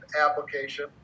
application